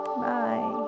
bye